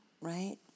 right